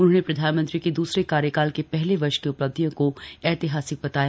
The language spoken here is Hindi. उन्होंने प्रधानमंत्री के दूसरे कार्यकाल के पहले वर्ष की उपलब्धियों को ऐतिहासिक बताया